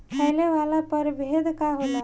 फैले वाला प्रभेद का होला?